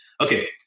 Okay